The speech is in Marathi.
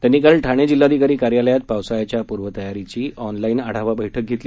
त्यांनी काल ठाणे जिल्हाधिकारी कार्यालयात पावसाळ्याच्या पूर्वतयारीची ऑनलाईन आढावा बैठक घेतली